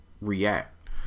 react